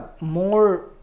more